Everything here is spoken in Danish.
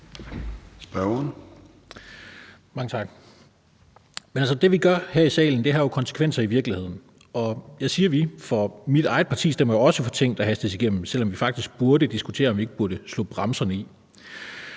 Larsen (LA): Mange tak. Men altså, det, vi gør her i salen, har jo konsekvenser i virkeligheden. Og jeg siger »vi«, for mit eget parti stemmer jo også for ting, der hastes igennem, selv om vi faktisk burde diskutere, om vi ikke burde slå bremserne i.